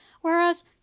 whereas